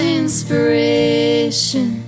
inspiration